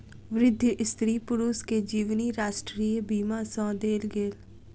वृद्ध स्त्री पुरुष के जीवनी राष्ट्रीय बीमा सँ देल गेल